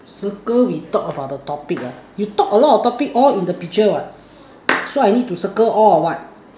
circle we talk about the topic ah you talk a lot of topic all in the picture what so I need to circle all or what